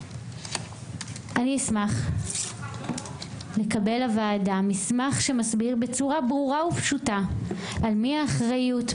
אני אשמח לקבל לוועדה מסמך שמסביר בצורה ברורה ופשוטה על מי האחריות,